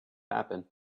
happen